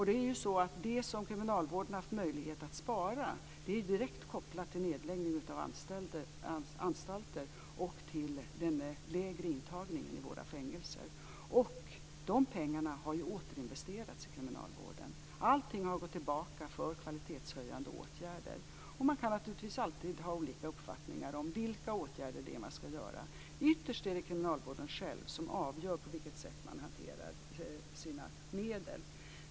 Det som kriminalvården haft möjlighet att spara är direkt kopplat till nedläggning av anstalter och till den lägre intagningen i våra fängelser. De pengarna har återinvesterats i kriminalvården. Allting har gått tillbaka för kvalitetshöjande åtgärder. Man kan naturligtvis alltid ha olika uppfattningar om vilka åtgärder det är man ska göra. Ytterst är det kriminalvården själv som avgör på vilket sätt man hanterar sina medel.